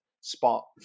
spot